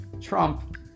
Trump